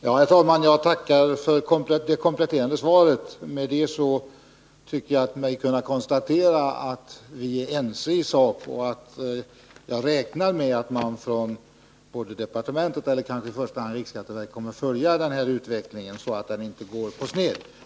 Herr talman! Jag tackar för det kompletterande svaret. Med det tycker jag mig kunna konstatera att vi är ense i sak. Jag räknar med att både departementet och kanske i första hand riksskatteverket kommer att följa utvecklingen, så att det inte går på sned.